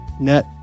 net